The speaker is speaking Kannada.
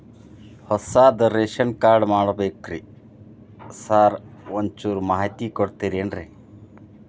ಹೊಸದ್ ರೇಶನ್ ಕಾರ್ಡ್ ಮಾಡ್ಬೇಕ್ರಿ ಸಾರ್ ಒಂಚೂರ್ ಮಾಹಿತಿ ಕೊಡ್ತೇರೆನ್ರಿ?